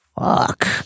fuck